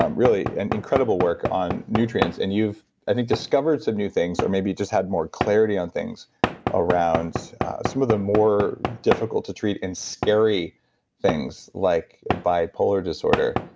um really an incredible work on nutrients. and you've, i think, discovered some new things, or maybe you just had more clarity on things around some of the more difficult to treat and scary things like bipolar disorder.